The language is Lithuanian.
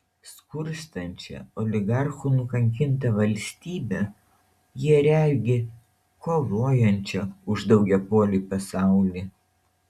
skurstančią oligarchų nukankintą valstybę jie regi kovojančią už daugiapolį pasaulį